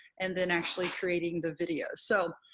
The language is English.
and then actually creating the videos. so,